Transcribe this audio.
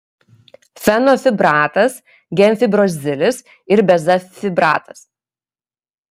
fenofibratas gemfibrozilis ir bezafibratas